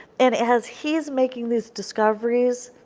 and as he is making these discoveries,